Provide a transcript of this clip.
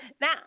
Now